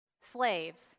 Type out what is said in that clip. Slaves